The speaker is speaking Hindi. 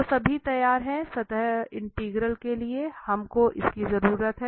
तो सभी तैयार है सतह इंटीग्रल के लिए हम को इस की जरूरत है